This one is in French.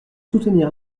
soutenir